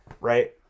right